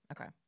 Okay